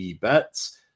bets